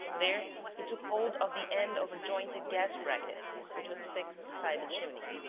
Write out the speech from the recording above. there he took hold of the end of a jointed gas-bracket which was fixed beside the chimney,